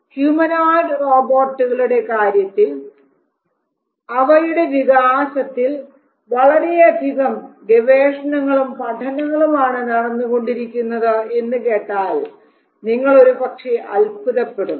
humanoid റോബോട്ടുകളുടെ കാര്യത്തിൽ അവയുടെ വികാസത്തിൽ വളരെയധികം ഗവേഷണങ്ങളും പഠനങ്ങളും ആണ് നടന്നു കൊണ്ടിരിക്കുന്നത് എന്ന് കേട്ടാൽ നിങ്ങൾ ഒരുപക്ഷേ അത്ഭുതപ്പെടും